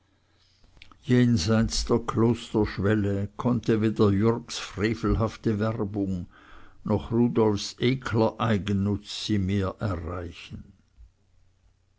jenseits der klosterschwelle konnte weder jürgs frevelhafte werbung noch rudolfs ekler eigennutz sie mehr erreichen